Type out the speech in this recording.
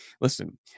listen